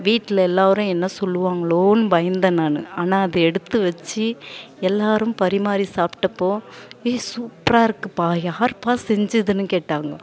வீட்டில் எல்லோரும் என்ன சொல்லுவார்களோன்னு பயந்தேன் நான் ஆனால் அது எடுத்து வச்சு எல்லோரும் பரிமாறி சாப்பிட்டப்போ ஏ சூப்பரா இருக்குதுப்பா யாருப்பா செஞ்சதுன்னு கேட்டாங்க